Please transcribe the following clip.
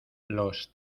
los